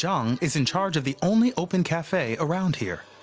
zhang is in charge of the only open cafe around here.